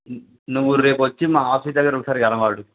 నువ్వు రేపు వచ్చి మా ఆఫీస్ దగ్గర ఒకసారు కలియు